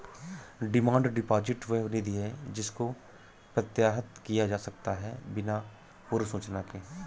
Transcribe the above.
demand deposit वह निधि है जिसको प्रत्याहृत किया जा सकता है बिना पूर्व सूचना के